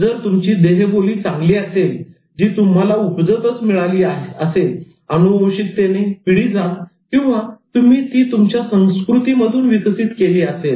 जर तुमची देहबोली चांगली असेल जी तुम्हाला उपजतच मिळाली असेल अनुवंशिकतेने पिढीजात किंवा तुम्ही ती तुमच्या संस्कृतीमधून विकसित केली असेल